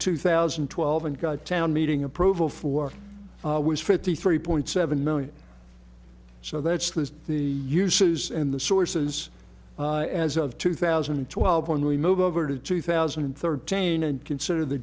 two thousand and twelve and got a town meeting approval for was fifty three point seven million so that's the uses and the sources as of two thousand and twelve when we move over to two thousand and thirteen and consider the